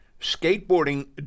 skateboarding